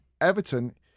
Everton